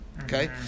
Okay